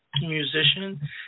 musician